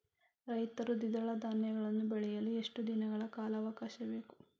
ರೈತರು ದ್ವಿದಳ ಧಾನ್ಯಗಳನ್ನು ಬೆಳೆಯಲು ಎಷ್ಟು ದಿನಗಳ ಕಾಲಾವಾಕಾಶ ಬೇಕು?